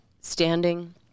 standing